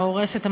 ההורסת,